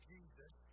Jesus